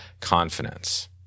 confidence